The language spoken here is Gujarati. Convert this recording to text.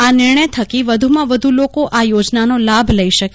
આ નિર્ણય થકી વધુમાં વધુ લોકો આ યોજનાનો લાભ લઇ શકે